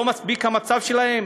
אז לא מספיק המצב שלהם?